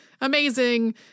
amazing